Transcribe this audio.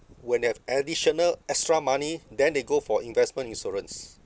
when they have additional extra money then they go for investment insurance